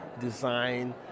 design